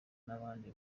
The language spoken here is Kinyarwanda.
n’abandi